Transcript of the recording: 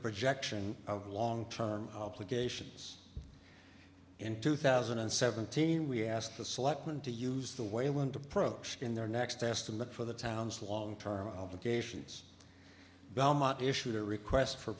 projection of long term obligations in two thousand and seventeen we asked the selectmen to use the weyland approach in their next estimate for the town's long term obligations belmont issued a request for